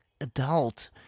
adult